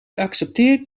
accepteer